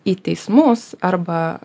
į teismus arba